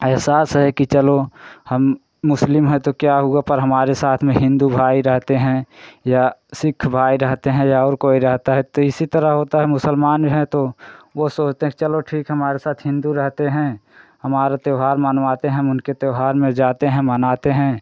एहसास है कि चलो हम मुस्लिम है तो क्या हुआ पर हमारे साथ में हिन्दू भाई रहते हैं या सिख भाई रहते हैं या और कोई रहता है तो इसी तरह होता है मुसलमान जो हैं तो वे सोचते हैं कि चलो ठीक है हमारे साथ हिन्दू रहते हैं हमारा त्यौहार मनवाते हैं हम उनके त्यौहार में जाते हैं मनाते हैं